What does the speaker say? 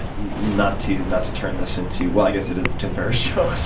not to not to turn this into well, i guess it is the tim ferriss show